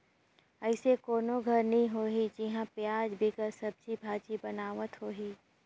अइसे कोनो घर नी होही जिहां पियाज बिगर सब्जी भाजी बनावत होहीं